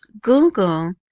Google